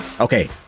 Okay